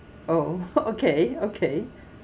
oh okay okay